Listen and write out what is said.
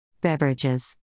Beverages